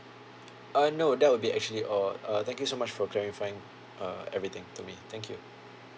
uh no that will be actually all uh thank you so much for clarifying uh everything to me thank you